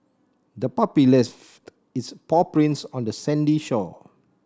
the puppy left its paw prints on the sandy shore